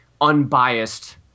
unbiased